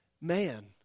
man